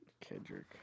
Kendrick